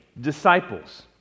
disciples